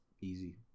Easy